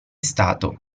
stato